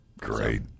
Great